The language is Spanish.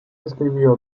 escribió